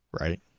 right